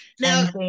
Now